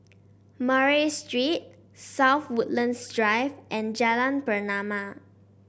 Murray Street South Woodlands Drive and Jalan Pernama